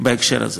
בהקשר הזה.